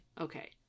okay